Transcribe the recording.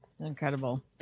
Incredible